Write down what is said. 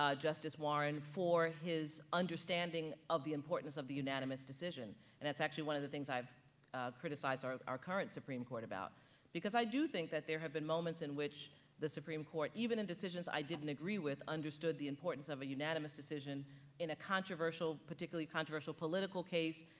um justice warren for his understanding of the importance of the unanimous decision. and that's actually one of the things i've criticized our current supreme court about because i do think that there have been moments in which the supreme court even in decisions i didn't agree with understood the importance of a unanimous decision in a controversial, particularly controversial political case.